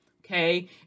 okay